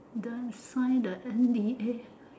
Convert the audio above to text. the find the N_D_A